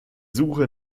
suche